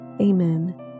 Amen